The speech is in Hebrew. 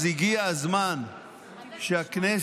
אז הגיע הזמן שהכנסת,